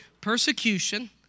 Persecution